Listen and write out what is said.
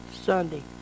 Sunday